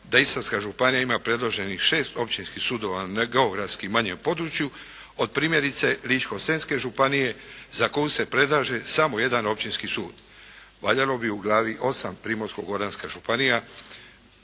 Istarska županija ima predloženih 6 općinskih sudova na geografski manjem području od primjerice Ličko-senjske županije za koju se predlaže samo jedan općinski sud. Valjalo bi u glavi 8. Primorsko-goranska županija